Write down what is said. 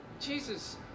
jesus